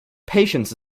patience